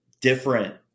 different